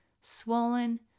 swollen